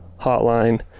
hotline